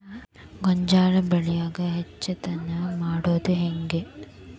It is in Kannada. ಗೋಂಜಾಳ ಬೆಳ್ಯಾಗ ಹೆಚ್ಚತೆನೆ ಮಾಡುದ ಹೆಂಗ್?